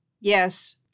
Yes